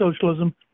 socialism